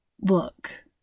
Look